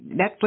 Netflix